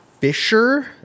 Fisher